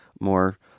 more